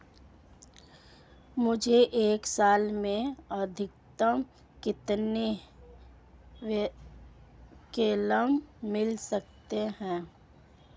मुझे एक साल में अधिकतम कितने क्लेम मिल सकते हैं?